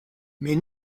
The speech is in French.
mais